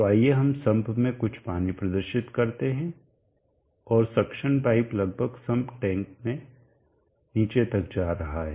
तो आइए हम सम्प में कुछ पानी प्रदर्शित करते है और सक्शन पाइप लगभग सम्प टैंक में नीचे तक जा रहा है